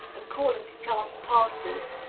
and calling to chance passers,